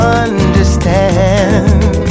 understand